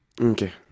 Okay